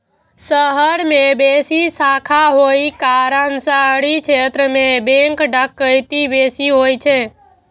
शहर मे बेसी शाखा होइ के कारण शहरी क्षेत्र मे बैंक डकैती बेसी होइ छै